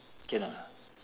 cannot ah